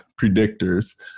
predictors